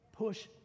Push